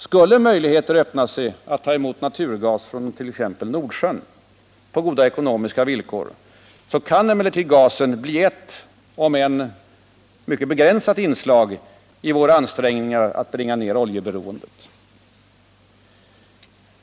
Skulle möjligheter öppna sig för att ta emot naturgas från t.ex. Nordsjön på goda ekonomiska villkor kan emellertid gasen bli ett, om än mycket begränsat, inslag i våra ansträngningar att bringa ner oljeberoendet.